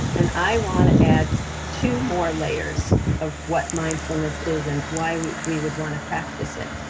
and i wanna add two more layers of what mindfulness is and why we we would wanna practice it.